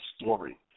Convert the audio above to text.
story